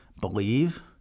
Believe